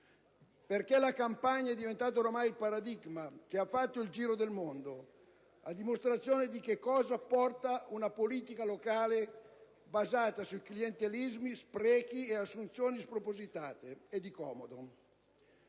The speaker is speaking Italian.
perché la Campania è diventata ormai il paradigma che ha fatto il giro del mondo, a dimostrazione di che cosa porta una politica locale basata su clientelismi, sprechi e assunzioni spropositate e di comodo.